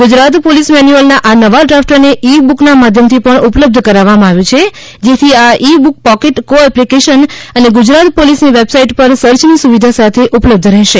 Gujarat police મેન્યુઅલના આ નવા ડ્રાફ્ટને ઇ બુકના માધ્યમથી પણ ઉપલબ્ધ કરાવવામાં આવ્યું છે જેથી આ ebook pocket cop application અને ગુજરાત પોલીસની વેબસાઇટ પર સર્ચની સુવિધા સાથે ઉપલબ્ધ રહેશે